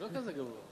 הוא לא כזה גבוה.